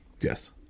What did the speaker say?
Yes